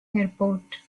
airport